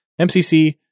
MCC